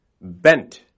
bent